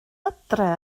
adre